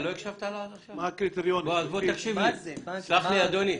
סלח לי אדוני,